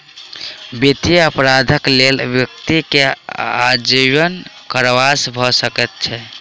वित्तीय अपराधक लेल व्यक्ति के आजीवन कारावास भ सकै छै